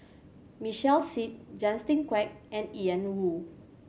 Michael Seet Justin Quek and Ian Woo